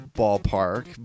ballpark